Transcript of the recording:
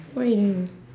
what are you doing